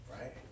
Right